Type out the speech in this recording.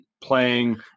Playing